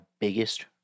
biggest